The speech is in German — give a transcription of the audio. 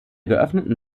geöffneten